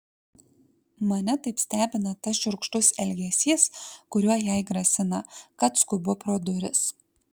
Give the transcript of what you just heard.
mane taip stebina tas šiurkštus elgesys kuriuo jai grasina kad skubu pro duris